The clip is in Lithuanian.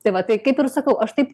tai va taip kaip ir sakau aš taip